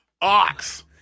Ox